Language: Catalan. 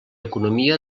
economia